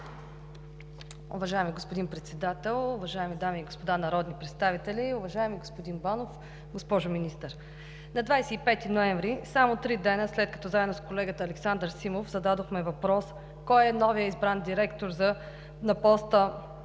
господин Председател, уважаеми дами и господа народни представители, уважаеми господин Банов, госпожо Министър! На 25 ноември – само три дни след като заедно с колегата Александър Симов зададохме въпрос: кой е новият избран директор на